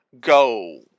go